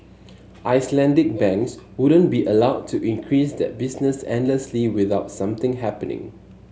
Icelandic banks wouldn't be allowed to increase that business endlessly without something happening